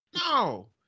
No